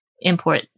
import